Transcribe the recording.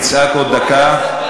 תצעק עוד דקה.